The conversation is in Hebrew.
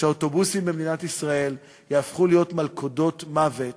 שהאוטובוסים במדינת ישראל יהפכו להיות מלכודות מוות